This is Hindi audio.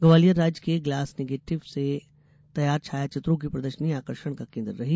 ग्वालियर राज्य के ग्लास निगेटिव से तैयार छायाचित्रों की प्रदर्शनी आकर्षण का केन्द्र रही